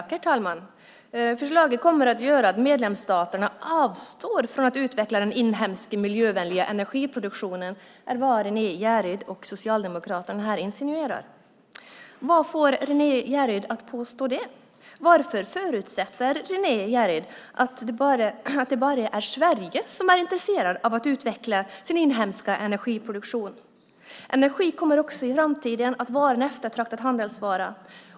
Herr talman! Att förslaget kommer att göra att medlemsstaterna avstår från att utveckla den inhemska miljövänliga energiproduktionen är vad Renée Jeryd och Socialdemokraterna här insinuerar. Vad får Renée Jeryd att påstå det? Varför förutsätter Renée Jeryd att det bara är Sverige som är intresserat av att utveckla sin inhemska energiproduktion? Energi kommer också i framtiden att vara en eftertraktad handelsvara.